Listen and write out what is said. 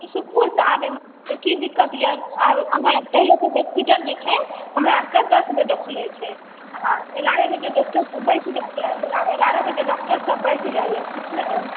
किछु नहि छै आबै मे की दिक्कत यऽ अहाँ पहिले तऽ होस्पीटल जे छै हमरा आर के दस बजे खुलै छै आ एगारह बजे डॉक्टर सब बैस जाइया एगारह बजे डॉक्टर सब बैस जाइया बुझलियै